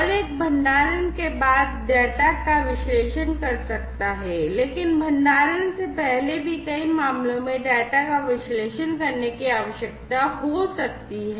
और एक भंडारण के बाद डेटा का विश्लेषण कर सकता है लेकिन भंडारण से पहले भी कई मामलों में डेटा का विश्लेषण करने की आवश्यकता हो सकती है